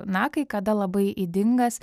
na kai kada labai ydingas